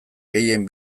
gehien